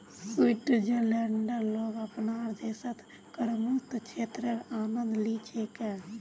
स्विट्जरलैंडेर लोग अपनार देशत करमुक्त क्षेत्रेर आनंद ली छेक